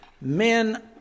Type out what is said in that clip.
men